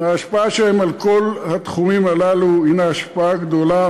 ההשפעה שלהם על כל התחומים הללו הנה השפעה גדולה,